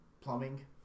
plumbing